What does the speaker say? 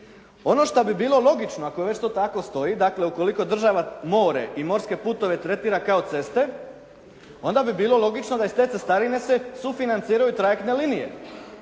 Ono što bi bilo logično ako već to tako stoji dakle ako država more i morske putove tretira kao ceste onda bi bilo logično da iz te cestarine se sufinanciraju i trajektne linije